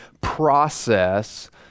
process